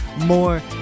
more